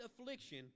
affliction